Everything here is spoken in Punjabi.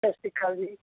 ਸਤਿ ਸ਼੍ਰੀ ਅਕਾਲ ਜੀ